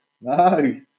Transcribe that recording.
no